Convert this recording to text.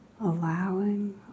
allowing